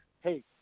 hey